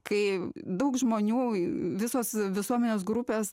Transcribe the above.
kai daug žmonių į visos visuomenės grupės